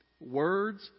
Words